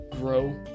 grow